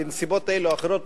בנסיבות אלו או אחרות,